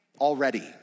already